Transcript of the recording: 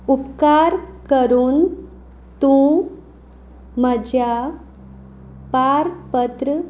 उपकार करून तूं म्हज्या पारपत्र